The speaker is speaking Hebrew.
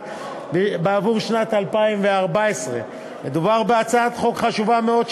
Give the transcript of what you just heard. בעבור שנת 2014. מדובר בהצעת חוק חשובה מאוד,